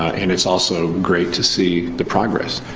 and it's also great to see the progress